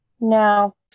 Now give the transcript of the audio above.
No